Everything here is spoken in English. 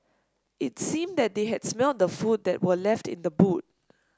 it's seemed that they had smelt the food that were left in the boot